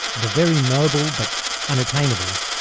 the very noble, but unattainable,